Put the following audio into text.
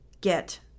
get